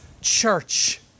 church